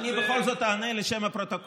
אז אני בכל זאת אענה, לשם הפרוטוקול.